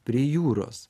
prie jūros